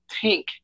tank